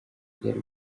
byari